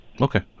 okay